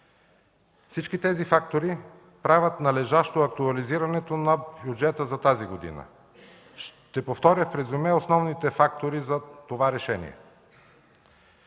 Всички тези фактори правят належащо актуализирането на бюджета за тази година. Ще повторя в резюме основните фактори за това решение.